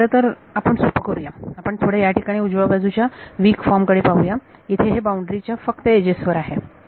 किंवा खरं तर आपण सोपे करूया आपण थोडे याठिकाणी उजव्या बाजूच्या वीक फॉर्म कडे पाहूया इथे हे बाउंड्री च्या फक्त एजेस वर आहे